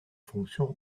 fonction